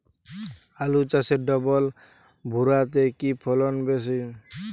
আলু চাষে ডবল ভুরা তে কি ফলন বেশি?